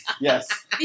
yes